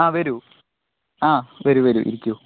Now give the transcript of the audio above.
ആ വരൂ ആ വരൂ ഇരിക്കു